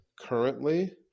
currently